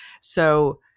So-